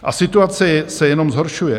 A situace se jenom zhoršuje.